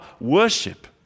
worship